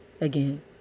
again